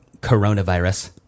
coronavirus